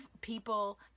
people